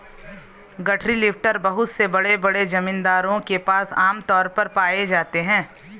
गठरी लिफ्टर बहुत से बड़े बड़े जमींदारों के पास आम तौर पर पाए जाते है